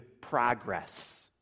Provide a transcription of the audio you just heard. progress